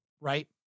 right